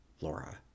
Laura